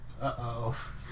Uh-oh